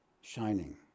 shining